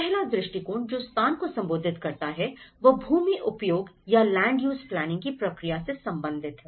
पहला दृष्टिकोण जो स्थान को संबोधित करता है वह भूमि उपयोग या लैंड यूज़ प्लानिंग की प्रक्रिया से संबंधित है